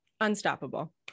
unstoppable